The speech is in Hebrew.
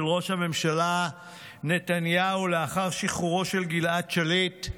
ראש הממשלה נתניהו לאחר שחרורו של גלעד שליט.